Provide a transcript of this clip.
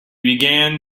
began